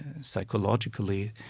psychologically